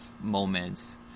moments